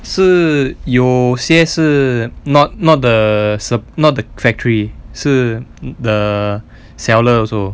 是有些是 not not the not the sup~ not the factory 是 the seller also